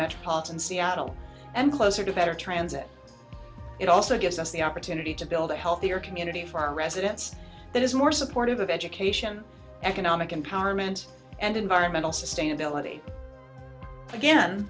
metropolitan seattle and closer to better transit it also gives us the opportunity to build a healthier community for our residents that is more supportive of education economic empowerment and environmental sustainability again